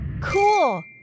Cool